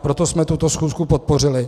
Proto jsme tuto schůzi podpořili.